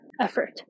effort